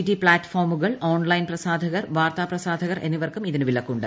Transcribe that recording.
T പ്ലാറ്റ്ഫോമുകൾ online പ്രസാധകർ വാർത്താ പ്രസാധകർ എന്നിവർക്കും ഇതിന് വിലക്കുണ്ട്